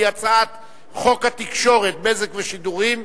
והיא הצעת חוק התקשורת (בזק ושידורים)